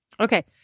Okay